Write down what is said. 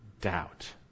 doubt